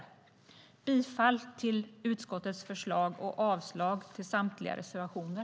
Jag yrkar bifall till utskottets förslag och avslag på samtliga reservationer.